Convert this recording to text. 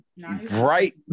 Right